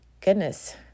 goodness